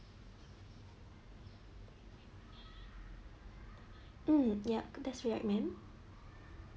mm yup that's right ma'am